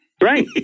Right